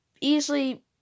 Easily